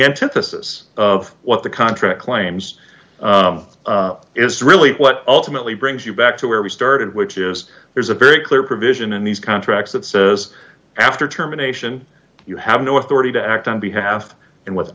antithesis of what the contract claims is really what ultimately brings you back to where we started which is there's a very clear provision in these contracts that says after terminations you have no authority to act on behalf and w